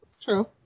true